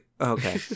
Okay